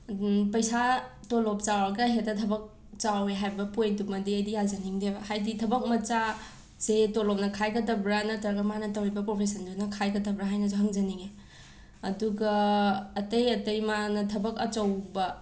ꯄꯩꯁꯥ ꯇꯣꯂꯣꯞ ꯆꯥꯎꯔꯒ ꯍꯦꯛꯇ ꯊꯕꯛ ꯆꯥꯎꯋꯦ ꯍꯥꯏꯕ ꯄꯣꯏꯟꯠ ꯇꯨꯃꯗꯤ ꯑꯩꯗꯤ ꯌꯥꯖꯅꯤꯡꯗꯦꯕ ꯍꯥꯏꯗꯤ ꯊꯕꯛ ꯃꯆꯥ ꯁꯦ ꯇꯣꯂꯣꯞꯅ ꯈꯥꯏꯒꯗꯕ꯭ꯔꯥ ꯅꯠꯇ꯭ꯔꯒ ꯃꯥꯅ ꯇꯧꯔꯤꯕ ꯄ꯭ꯔꯣꯐꯦꯁꯟꯗꯨꯅ ꯈꯥꯏꯒꯗꯕ꯭ꯔꯥ ꯍꯥꯏꯅꯁꯨ ꯍꯪꯖꯅꯤꯡꯉꯤ ꯑꯗꯨꯒꯑ ꯑꯇꯩ ꯑꯇꯩ ꯃꯥꯅ ꯊꯕꯛ ꯑꯆꯧꯕ